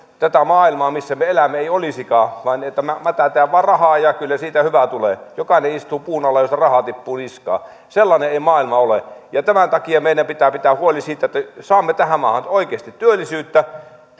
tätä maailmaa missä me me elämme ei olisikaan vaan että mätetään vain rahaa ja kyllä siitä hyvä tulee että jokainen istuu puun alla jossa rahaa tippuu niskaan sellainen ei maailma ole ja tämän takia meidän pitää pitää huoli siitä että saamme tähän maahan nyt oikeasti työllisyyttä